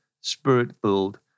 spirit-filled